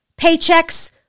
Paychecks